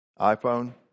iPhone